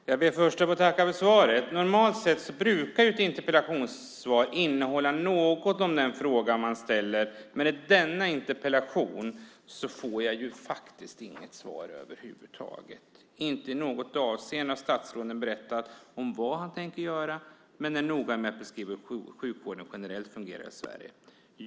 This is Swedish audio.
Fru talman! Jag ber först att få tacka för svaret. Normalt sett brukar ett interpellationssvar innehålla något om den fråga man ställer, men på denna interpellations får jag inte något svar över huvud taget. Inte i något avseende har statsrådet berättat om vad han tänker göra. Men han är noga med att beskriva hur sjukvården generellt fungerar i Sverige.